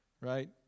Right